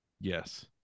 yes